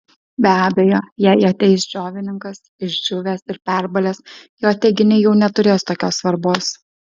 be abejo jei ateis džiovininkas išdžiūvęs ir perbalęs jo teiginiai jau neturės tokios svarbos